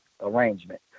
arrangement